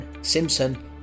Simpson